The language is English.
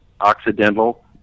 Occidental